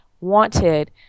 wanted